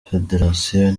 federasiyo